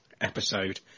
episode